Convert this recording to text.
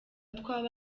twaba